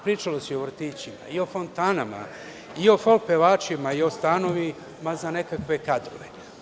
Pričalo se o vrtićima, fontanama, o folk pevačima, o stanovima za nekakve kadrove.